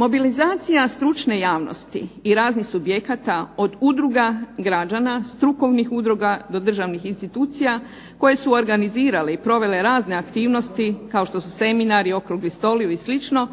Mobilizacija stručne javnosti i raznih subjekata od udruga građana, strukovnih udruga do državnih institucija koje su organizirale i provele razne aktivnosti kao što su seminari, okrugli stolovi i slično,